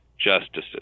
justices